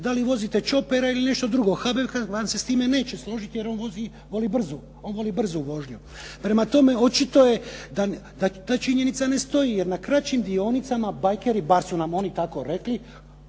da li vozite čopere ili nešto drugo, ../Govornik se ne razumije./… vam se sa time neće složiti jer on voli brzu, on voli brzu vožnju. Prema tome, očito je da ta činjenica ne stoji, jer na kraćim dionicama bajkeri, bar su nam oni tako rekli,